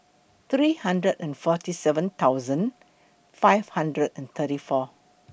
three hundred and forty seven thousand five hundred and thirty four